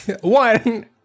One